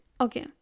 okay